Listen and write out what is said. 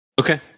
Okay